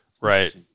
Right